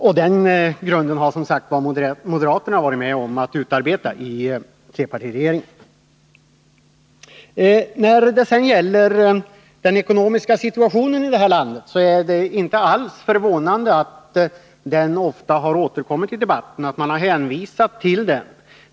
Och den grunden har som sagt moderaterna varit med om att utarbeta i trepartiregeringen. När det sedan gäller den ekonomiska situationen i det här landet, så är det inte alls förvånande att den ofta har återkommit i debatten och att man har hänvisat till den.